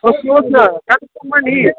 कालेबुङमा नि